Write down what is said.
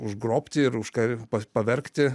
užgrobti ir užkar pavergti